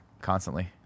constantly